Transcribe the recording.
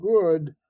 good